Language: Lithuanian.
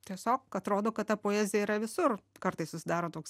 tiesiog atrodo kad ta poezija yra visur kartais susidaro toks